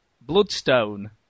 Bloodstone